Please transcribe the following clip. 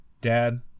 Dad